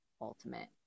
ultimate